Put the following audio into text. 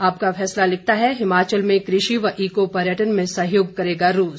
आपका फैसला लिखता है हिमाचल में कृषि व ईको पर्यटन में सहयोग करेगा रूस